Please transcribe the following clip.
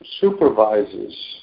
supervises